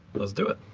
let's do it.